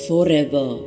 Forever